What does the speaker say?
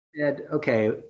Okay